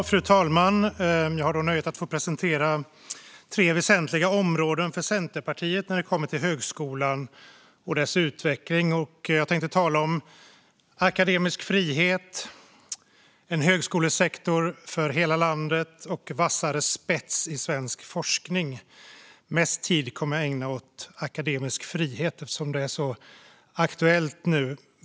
Fru talman! Jag har nöjet att presentera tre väsentliga områden för Centerpartiet när det kommer till högskolan och dess utveckling. Jag tänker tala om akademisk frihet, en högskolesektor för hela landet och vassare spets i svensk forskning. Mest tid kommer jag att ägna åt akademisk frihet, eftersom det är så aktuellt.